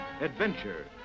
Adventure